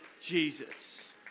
Jesus